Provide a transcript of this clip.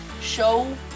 show